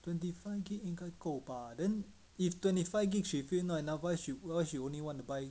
twenty five gig 应该够 bah then if twenty five gig she feel not enough why she why she only want to buy